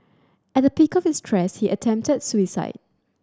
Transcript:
at the peak of his stress he attempted suicide